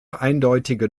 eindeutige